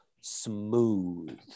smooth